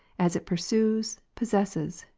as it pursues, possesses,